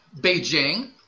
beijing